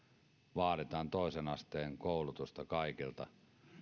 vaaditaan toisen asteen koulutusta kaikilta